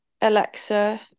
alexa